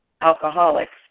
alcoholics